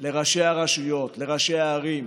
לראשי הרשויות, לראשי הערים,